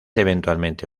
eventualmente